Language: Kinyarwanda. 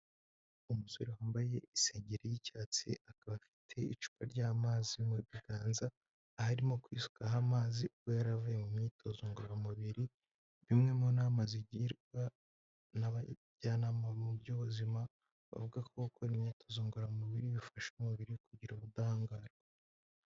Umusore wambaye isengeri y'icyatsi, akaba afite icupa ry'amazi mu biganza, aharimo kwisukaho amazi ubwo yari avuye mu myitozo ngororamubiri bimwe mu nama zigirwa n'abajyanama mu by'ubuzima bavuga ko gukora imyitozo ngororamubiri bifasha umubiri kugira ubudahangarwa